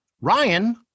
Ryan